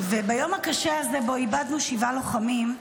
ביום הקשה שבו איבדנו שבעה לוחמים,